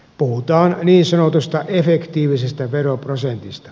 puhutaan niin sanotusta efektiivisestä veroprosentista